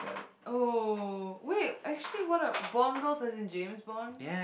oh wait actually what are Bond Girls as in James-Bond